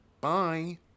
bye